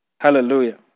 Hallelujah